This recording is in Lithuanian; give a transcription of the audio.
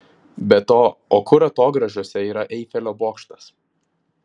be to o kur atogrąžose yra eifelio bokštas